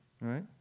right